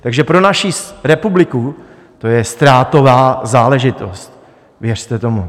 Takže pro naši republiku to je ztrátová záležitost, věřte tomu.